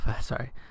sorry